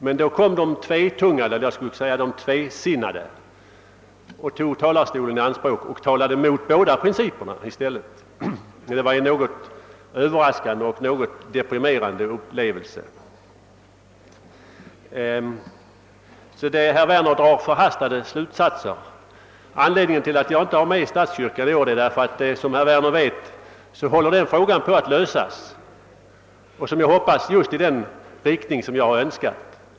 Men då kom i stället de tvesinnade och talade emot båda principerna i båda avseendena. Det var en något överraskande och något deprimerande upplevelse. Herr Werner drar förhastade slutsatser. Anledningen till att jag inte berör statskyrkan i min motion i år är att den frågan, som herr Werner vet, håller på att lösas och, som jag hoppas, just i den riktning jag önskat.